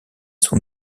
sont